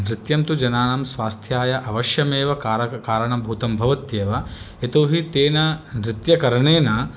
नृत्यं तु जनानां स्वास्थ्याय अवश्यमेव कारक कारणभूतं भवत्येव यतोहि तेन नृत्यकरणेन